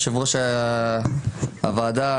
יושב-ראש הוועדה,